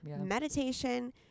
meditation